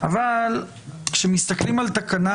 אבל כשמסתכלים על תקנה